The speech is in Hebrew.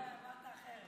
אמרת אחרת.